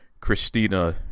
Christina